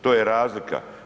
To je razlika.